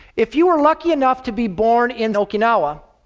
if you were lucky enough to be born in okinawa,